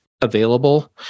available